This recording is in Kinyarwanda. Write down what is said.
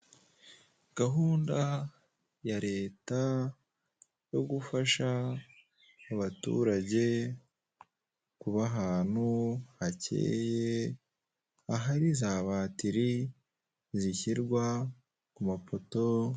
Gahunda ya leta yo gufasha abaturage kuba ahantu hakeye, ahari za batiri zishyirwa ku mapoto.